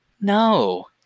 no